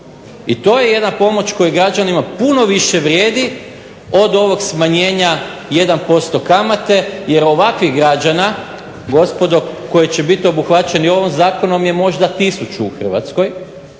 I to je jedna pomoć koja građanima puno više vrijedi od ovog smanjenja 1% kamate jer ovakvih građana gospodo, koji će biti obuhvaćeni ovim zakonom možda tisuću u Hrvatskoj,